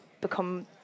become